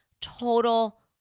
total